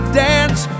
dance